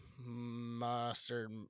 mustard